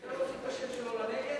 אפשר להוסיף את השם שלו לנגד?